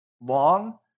long